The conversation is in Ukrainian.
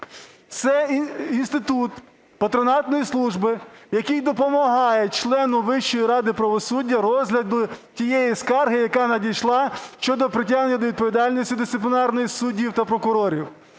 Це інститут патронатної служби, який допомагає члену Вищої ради правосуддя розгляду тієї скарги, яка надійшла щодо притягнення до відповідальності дисциплінарної суддів та прокурорів.